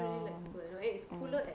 ya mm